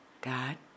God